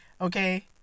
okay